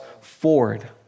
forward